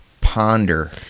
ponder